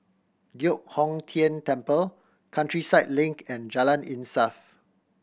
Giok Hong Tian Temple Countryside Link and Jalan Insaf